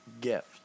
gift